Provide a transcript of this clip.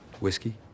Whiskey